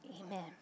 amen